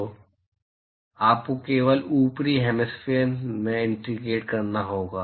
तो आपको केवल ऊपरी हैमिस्फेयर में इंटीग्रेट करना होगा